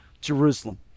Jerusalem